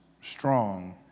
strong